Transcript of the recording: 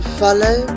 follow